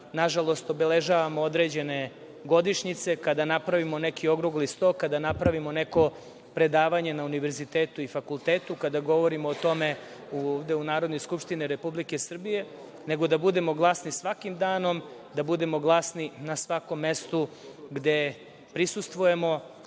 na žalost, obeležavamo određene godišnjice, kada napravimo neki okrugli sto, kada napravimo neko predavanje na univerzitetu i fakultetu, kada govorimo o tome ovde u Narodnoj skupštini Republike Srbije, nego da budemo glasni svakim danom, da budemo glasni na svakom mestu gde prisustvujemo,